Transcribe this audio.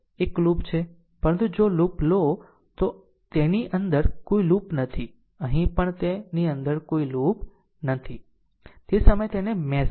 તો તે એક લૂપ છે પરંતુ જો આ લૂપ લો તો તેની અંદર કોઈ લૂપ નથી અહીં પણ તે અંદર કોઈ લૂપ નથી તે સમયે મેશ કહો